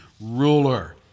ruler